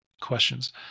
Questions